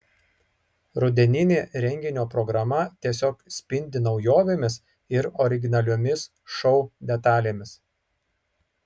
rudeninė renginio programa tiesiog spindi naujovėmis ir originaliomis šou detalėmis